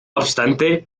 obstante